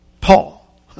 Paul